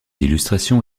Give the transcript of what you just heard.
illustrations